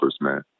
man